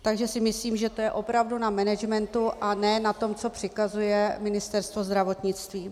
Takže si myslím, že to je opravdu na managementu a ne na tom, co přikazuje Ministerstvo zdravotnictví.